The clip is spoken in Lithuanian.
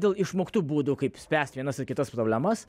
dėl išmoktų būdų kaip spręsti vienas kitas problemas